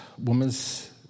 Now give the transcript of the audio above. woman's